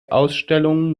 ausstellungen